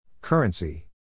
Currency